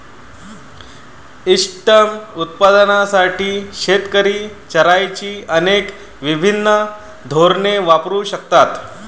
इष्टतम उत्पादनासाठी शेतकरी चराईची अनेक भिन्न धोरणे वापरू शकतात